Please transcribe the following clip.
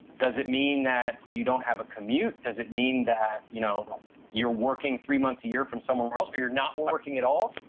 does it mean that you don't have a commute? does it mean that you know you're working three months a year from somewhere else or you're not working at all?